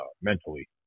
mentally